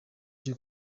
cyo